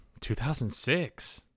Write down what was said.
2006